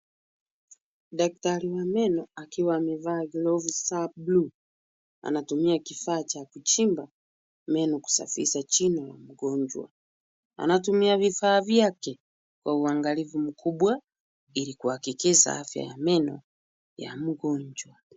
Daktari wa meno akiwa amevaa glovu za buluu. Anatumia kifaa cha kuchimba meno kusafisha jino la mgonjwa. Anatumia vifaa vyake kwa uangalifu mkubwa ili kuhakikisha afya ya meno ya mgonjwa.